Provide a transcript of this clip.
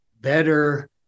better